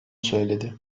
söyledi